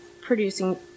producing